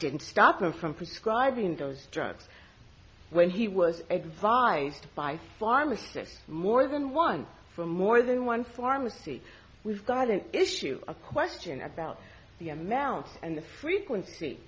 didn't stop them from prescribing those jobs when he was exiled by pharmacists more than once for more than one pharmacy we've got an issue a question about the amount and the frequency